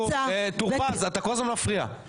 טור פז, אתה כל הזמן מפריע.